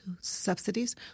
subsidies